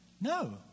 No